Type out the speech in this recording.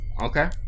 Okay